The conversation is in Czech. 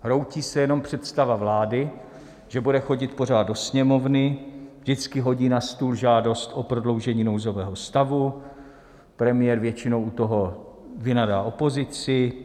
Hroutí se jenom představa vlády, že bude chodit pořád do Sněmovny, vždycky hodí na stůl žádost o prodloužení nouzového stavu, premiér většinou u toho vynadá opozici.